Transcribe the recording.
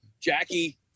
Jackie